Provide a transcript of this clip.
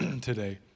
today